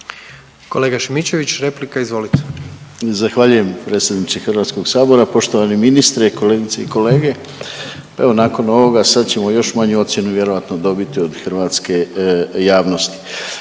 **Šimičević, Rade (HDZ)** Zahvaljujem predsjedniče HS-a, poštovani ministre, kolegice i kolege. Evo nakon ovoga, sad ćemo još manju ocjenu vjerojatno dobiti od hrvatske javnosti.